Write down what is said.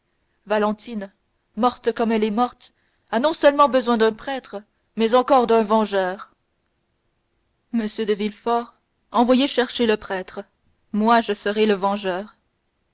valentine morte comme elle est morte a non seulement besoin d'un prêtre mais encore d'un vengeur monsieur de villefort envoyez chercher le prêtre moi je serai le vengeur